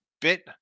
bit